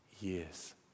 years